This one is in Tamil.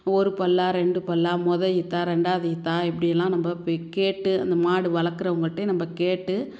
ஒரு பல்லா ரெண்டு பல்லா மொதல் ஈர்த்தா ரெண்டாவது ஈர்த்தா இப்படியெல்லாம் நம்ம போய் கேட்டு அந்த மாடு வளர்க்குறவங்கள்ட்டயே நம்ம கேட்டு